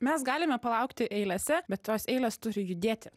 mes galime palaukti eilėse bet tos eilės turi judėti